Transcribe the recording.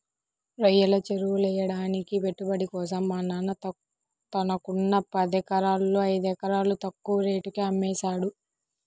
రొయ్యల చెరువులెయ్యడానికి పెట్టుబడి కోసం మా నాన్న తనకున్న పదెకరాల్లో ఐదెకరాలు తక్కువ రేటుకే అమ్మేశారు